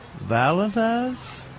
Valentine's